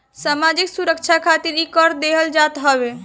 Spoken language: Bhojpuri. सामाजिक सुरक्षा खातिर इ कर देहल जात हवे